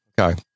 Okay